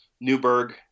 Newberg